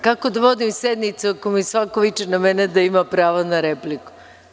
Kako da vodim sednicu ako svako viče na mene da ima pravo na repliku?